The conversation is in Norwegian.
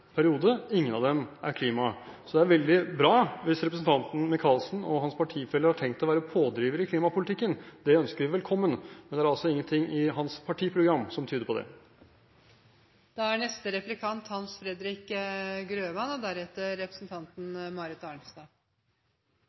Ingen av dem er om klima. Så det er veldig bra om representanten Micaelsen og hans partifeller har tenkt å være pådrivere i klimapolitikken. Det ønsker vi velkommen, men det er altså ingenting i hans partiprogram som tyder på det. Den politiske plattformen for Høyre og